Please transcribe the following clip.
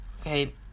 Okay